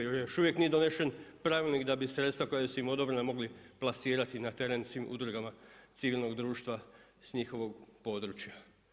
I još uvijek nije donesen pravilnik da bi sredstva koja su im odobrena mogli plasirati na teren svim udrugama civilnog društva s njihovog područja.